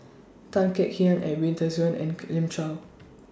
Tan Kek Hiang Edwin Tessensohn and Elim Chew